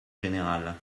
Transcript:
général